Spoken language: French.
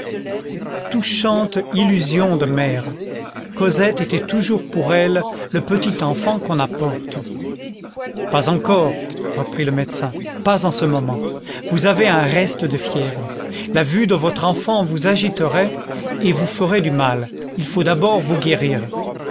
touchante illusion de mère cosette était toujours pour elle le petit enfant qu'on apporte pas encore reprit le médecin pas en ce moment vous avez un reste de fièvre la vue de votre enfant vous agiterait et vous ferait du mal il faut d'abord vous guérir